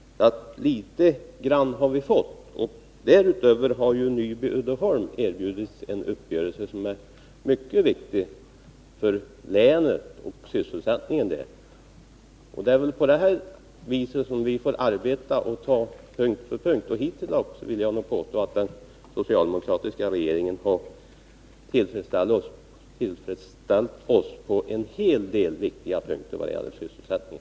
På en del punkter har motionen alltså tillgodosetts. Därutöver kan nämnas att Nyby Uddeholm har erbjudits en uppgörelse som är mycket viktig för länet och för sysselsättningen där. Det är på det här viset, genom att vidta åtgärder punkt för punkt, som vi får arbeta. Jag vill nog påstå att den socialdemokratiska regeringen hittilldags har tillgodosett våra krav på en hel del viktiga punkter när det gäller sysselsättningen.